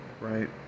right